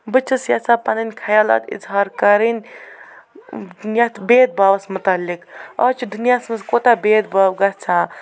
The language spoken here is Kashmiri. بہٕ چھَس یَژھان پنٕنۍ خیالات اظہار کَرٕنۍ ییتھ بید باوس متعلق اَز چھِ دُنیاہس منٛز کوتاہ بید باو گَژھان